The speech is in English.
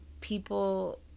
people